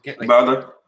Mother